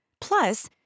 Plus